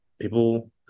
people